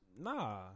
nah